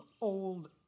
old